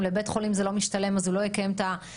אם לבית חולים זה לא משתלם אז הוא לא יקיים את הניתוח,